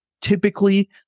Typically